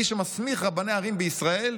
מי שמסמיך רבני ערים בישראל,